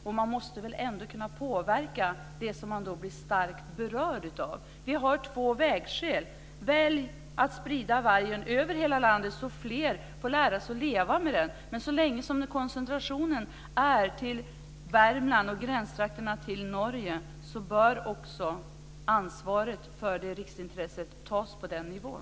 Och man måste väl ändå kunna påverka det man blir starkt berörd av. Vi har två vägar. Välj att sprida vargen över hela landet så att fler får lära sig att leva med den! Så länge som det finns en koncentration i Värmland och i gränstrakterna till Norge bör också ansvaret för riksintresset tas på den nivån.